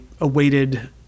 awaited